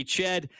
Chad